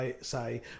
say